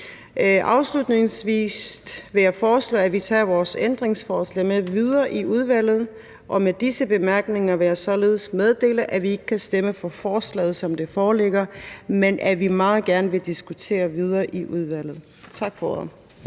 Afslutningsvis vil jeg foreslå, at vi tager vores ændringsforslag med videre i udvalget. Og med disse bemærkninger vil jeg således meddele, at vi ikke kan stemme for forslaget, som det foreligger, men at vi meget gerne vil diskutere videre i udvalget. Tak for ordet.